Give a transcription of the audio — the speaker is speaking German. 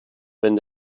wenn